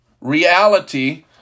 reality